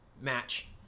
match